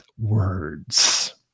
words